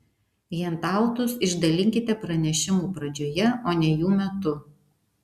hendautus išdalinkite pranešimų pradžioje o ne jų metu